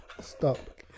Stop